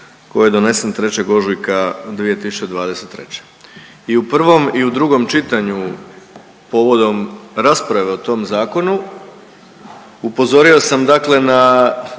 koji je donesen 3. ožujka 2023. i u prvom i u drugom čitanju povodom rasprave o tom zakonu upozorio sam dakle na